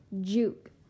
Juke